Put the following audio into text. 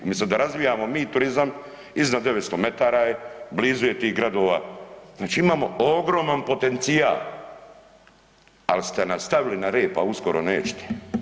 Umjesto da razvijamo mi turizam, iznad 900 metara je, blizu je tih gradova znači imamo ogroman potencijal, ali ste nas stavili na red pa uskoro nećete.